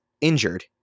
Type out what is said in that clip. injured